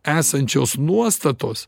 esančios nuostatos